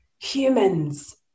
humans